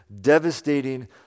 devastating